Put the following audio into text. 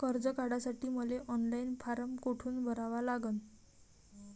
कर्ज काढासाठी मले ऑनलाईन फारम कोठून भरावा लागन?